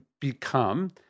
become